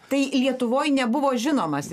tai lietuvoj nebuvo žinomas